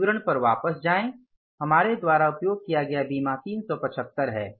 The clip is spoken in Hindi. विवरण पर वापस जाएं हमारे द्वारा उपयोग किया गया बीमा 375 है